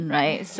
right